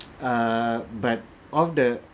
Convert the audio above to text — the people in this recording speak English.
err but of the